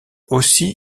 aussi